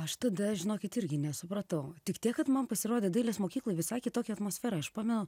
aš tada žinokit irgi nesupratau tik tiek kad man pasirodė dailės mokykloj visai kitokia atmosfera aš pamenu